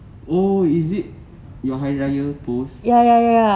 oh is it your hari-raya pose